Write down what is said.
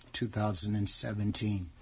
2017